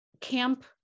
camp